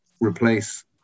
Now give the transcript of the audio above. replace